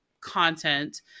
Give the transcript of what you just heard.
content